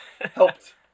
helped